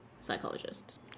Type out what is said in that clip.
psychologists